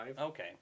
Okay